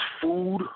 Food